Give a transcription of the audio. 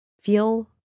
feel